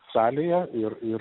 salėje ir ir